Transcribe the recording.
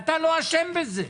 אתה לא אשם בזה.